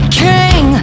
king